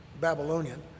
Babylonian